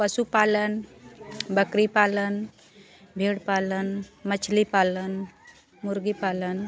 पशुपालन बकरी पालन भेड़ पालन मछली पालन मुर्गी पालन